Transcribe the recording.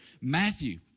Matthew